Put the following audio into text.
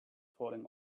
falling